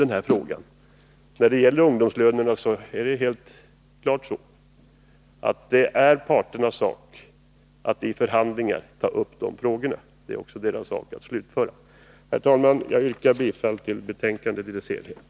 När det gäller ungdomslönerna är det helt klart parternas sak att i förhandlingar ta upp en diskussion och slutföra det hela. Herr talman! Jag yrkar bifall till utskottets hemställan i dess helhet.